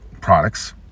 products